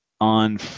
on